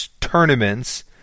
tournaments